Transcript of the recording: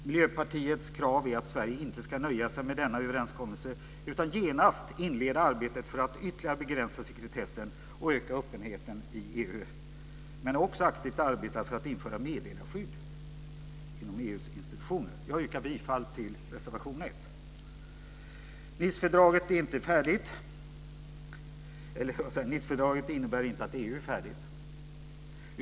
Miljöpartiets krav är att Sverige inte ska nöja sig med denna överenskommelse utan genast inleda arbetet för att ytterligare begränsa sekretessen och öka öppenheten i EU, men också aktivt arbeta för att införa meddelarskydd inom EU:s institutioner. Jag yrkar bifall till reservation 1. Nicefördraget innebär inte att EU är färdigt.